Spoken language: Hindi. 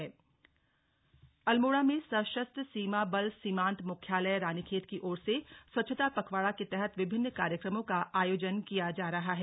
स्वच्छता पखवाडा अल्मोड़ा में सशस्त्र सीमा बल सीमांत मुख्यालय रानीखेत की ओर से स्वच्छता पखवाड़ा के तहत विभिन्न कार्यक्रमों का आयोजन किया जा रहा है